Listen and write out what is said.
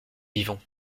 vivons